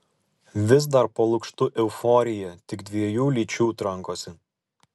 vis dar po lukštu euforija tik dviejų lyčių trankosi